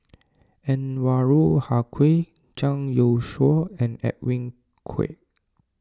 Anwarul Haque Zhang Youshuo and Edwin Koek